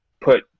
put